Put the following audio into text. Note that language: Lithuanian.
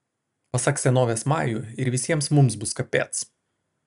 pasak senovės majų ir visiems mums bus kapec